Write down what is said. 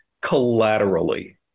collaterally